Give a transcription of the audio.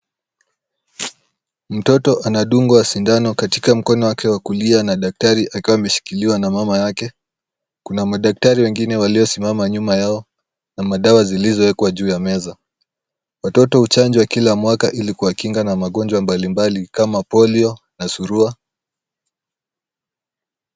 Mtoto anadungwa sindano katika mkono wake wa kulia na daktari akiwa ameshikiliwa na mama yake, kuna madaktari wengine waliosimama nyuma yao na madawa zilizowekwa juu ya meza. Watoto huchanjwa kila mwaka ili kuwakinga na magonjwa mbalimbali kama polio na surua.